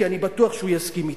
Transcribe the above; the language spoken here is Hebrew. כי אני בטוח שהוא יסכים אתי.